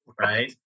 Right